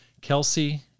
Kelsey